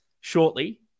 shortly